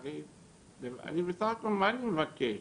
אני בסך הכל, מה אני מבקש?